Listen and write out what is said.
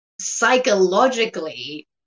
psychologically